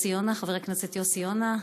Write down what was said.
חבר הכנסת יוסי יונה קודם,